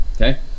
Okay